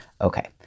Okay